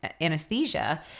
anesthesia